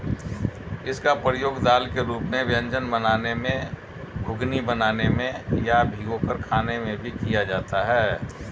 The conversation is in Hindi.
इसका प्रयोग दाल के रूप में व्यंजन बनाने में, घुघनी बनाने में या भिगोकर खाने में भी किया जाता है